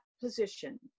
position